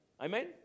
Amen